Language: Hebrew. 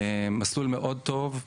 מסלול מאוד טוב.